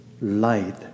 light